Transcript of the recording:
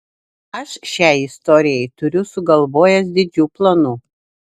aš šiai istorijai turiu sugalvojęs didžių planų